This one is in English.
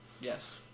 Yes